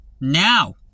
now